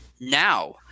Now